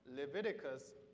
Leviticus